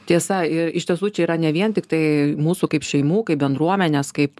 tiesa ir iš tiesų čia yra ne vien tiktai mūsų kaip šeimų kaip bendruomenės kaip